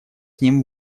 ним